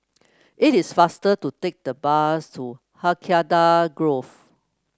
it is faster to take the bus to Hacienda Grove